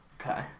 Okay